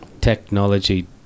technology